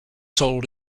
sold